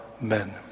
men